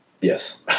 Yes